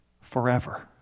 forever